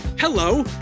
Hello